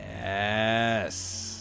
Yes